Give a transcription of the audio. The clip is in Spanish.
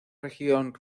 región